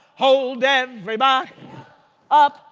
hold everybody up,